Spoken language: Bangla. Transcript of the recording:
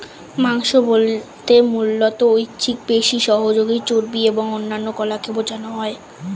মাংস বলতে মূলত ঐচ্ছিক পেশি, সহযোগী চর্বি এবং অন্যান্য কলাকে বোঝানো হয়